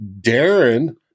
Darren